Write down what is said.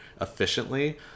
efficiently